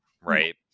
right